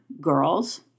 girls